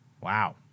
Wow